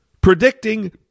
predicting